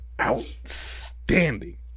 outstanding